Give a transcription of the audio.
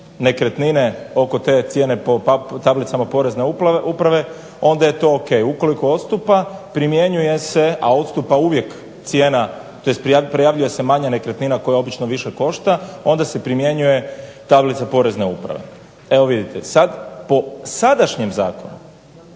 nekretnine oko te cijene po tablicama porezne uprave onda je to ok, ukoliko odstupa primjenjuje se, a odstupa uvijek cijena tj. prijavljuje se manja nekretnina koja obično više košta, onda se primjenjuje tablica porezne uprave. Evo vidite, po sadašnjem zakonu